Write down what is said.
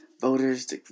voters